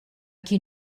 qui